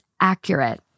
accurate